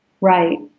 Right